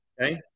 Okay